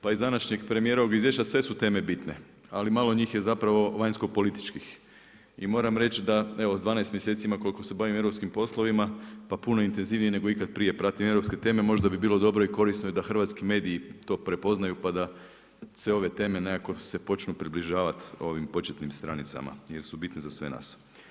Pa iz današnjeg premijerovog izvješće, sve su teme bitne ali malo njih je zapravo vanjsko-političkih i moram reći da evo … koliko se bavim europskim poslovima, pa puno intenzivnije nego ikad prije pratim europske teme, možda bi bilo dobro i korisno da hrvatski mediji to prepoznaju pa da sve ove teme nekako se počnu približavati ovim početnim stranicama jer su bitne za sve nas.